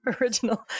original